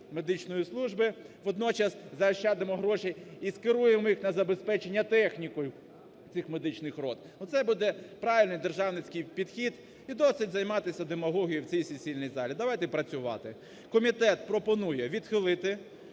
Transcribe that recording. медичної служби, водночас заощадимо грошей і скеруємо їх на забезпечення технікою цих медичних рот. Це буде правильний державницький підхід і досить займатися демагогію в цій сесійній залі, давайте працювати. Комітет пропонує відхилити